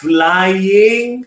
Flying